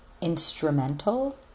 instrumental